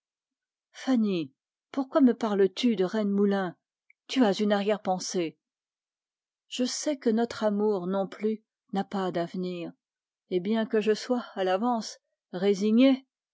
fanny pourquoi me parles-tu de rennemoulin tu as une arrière-pensée je sais que notre amour non plus n'a pas d'avenir et bien que je sois à l'avance résignée